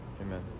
amen